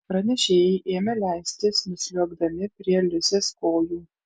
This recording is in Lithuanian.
pranešėjai ėmė leistis nusliuogdami prie liusės kojų